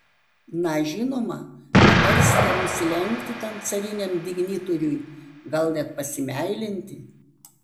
na žinoma patarsite nusilenkti tam cariniam dignitoriui gal net pasimeilinti